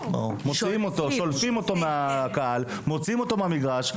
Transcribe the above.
שולפים אותו מהקהל ומוציאים אותו מהמגרש.